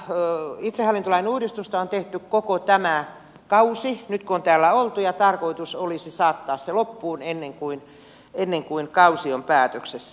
tätä itsehallintolain uudistusta on tehty koko tämä kausi nyt kun on täällä oltu ja tarkoitus olisi saattaa se loppuun ennen kuin kausi on päätöksessä